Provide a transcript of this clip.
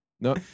No